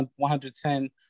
110